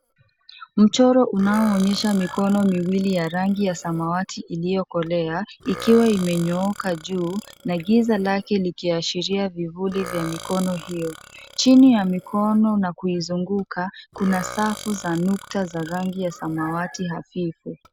Mchoro unaonyesha mikono miwili ya rangi ya saamwati iliyokolea ikiwa imenyooka juu na giza lake likiashiria vivuli vya mikono hiyo. Chini ya mikono na kuizunguka kuna safu za nukta za rangi ya samawati hafifu.